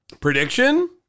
Prediction